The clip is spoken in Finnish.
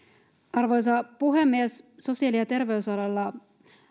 arvoisa puhemies sosiaali ja terveysalalla